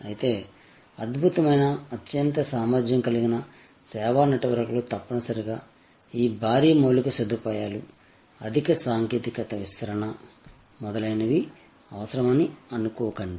అయితే అద్భుతమైన అత్యంత సామర్థ్యం కలిగిన సేవా నెట్వర్క్లకు తప్పనిసరిగా ఈ భారీ మౌలిక సదుపాయాలు అధిక సాంకేతికత విస్తరణ మొదలైనవి అవసరమని అనుకోకండి